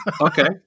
Okay